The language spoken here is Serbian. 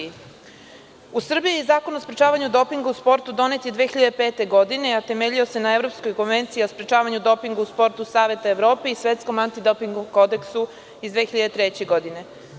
U Srbiji je Zakon o sprečavanju dopinga u sportu donet 2005. godine, a temeljio se na Evropskoj konvenciji o sprečavanju dopinga u sportu Saveta Evrope i Svetskom antidoping kodeksu iz 2003. godine.